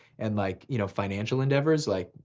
and like you know financial endeavors like,